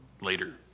later